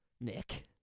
Nick